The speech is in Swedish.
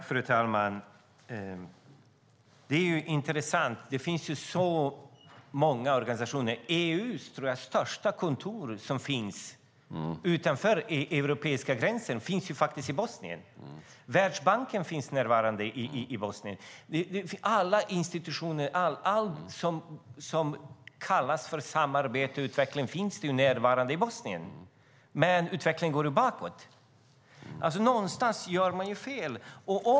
Fru talman! Det är intressant att det finns så många organisationer i Bosnien. EU:s största kontor utanför europeiska gränser tror jag finns i Bosnien. Världsbanken finns närvarande i Bosnien. Alla institutioner, allt som kallas samarbete och utveckling, finns närvarande i Bosnien. Men utvecklingen går bakåt, så någonstans gör man fel.